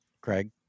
Craig